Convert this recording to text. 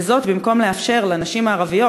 וזאת במקום לאפשר לנשים ערביות,